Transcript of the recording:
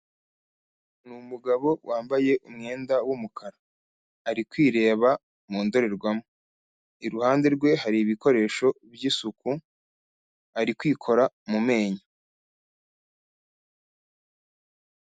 Ni umugabo wambaye umwenda w'umukara ari kwireba mu ndorerwamo. Iruhande rwe hari ibikoresho by'isuku ari kwikora mu menyo.